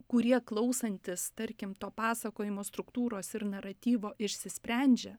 kurie klausantis tarkim to pasakojimo struktūros ir naratyvo išsisprendžia